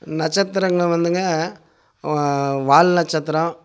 நட்சத்திரங்களை வந்துங்க வால் நட்சத்திரம்